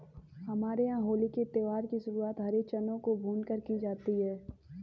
हमारे यहां होली के त्यौहार की शुरुआत हरे चनों को भूनकर की जाती है